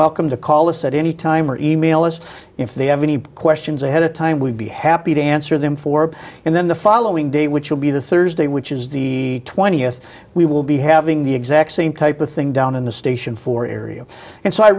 welcome to call us at any time or e mail us if they have any questions ahead of time we'd be happy to answer them for and then the following day which will be the thursday which is the twentieth we will be having the exact same type of thing down in the station four area and so i